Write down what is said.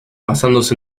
basándose